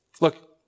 look